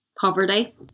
poverty